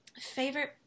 favorite